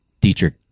Dietrich